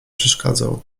przeszkadzał